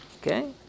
Okay